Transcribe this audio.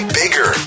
bigger